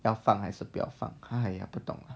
要放还是不要放开 !aiyo! 不懂了